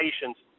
patients